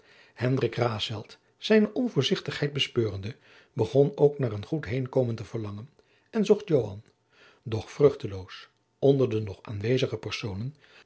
de pleegzoon bespeurende begon ook naar een goed heenkomen te verlangen en zocht joan doch vruchteloos onder de nog aanwezige personen